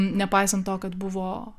nepaisant to kad buvo